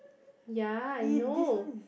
ya I know